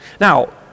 Now